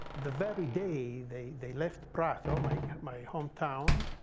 the very day they they left prato, my my hometown,